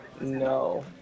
no